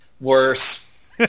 Worse